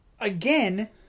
again